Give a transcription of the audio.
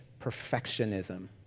perfectionism